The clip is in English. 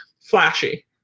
flashy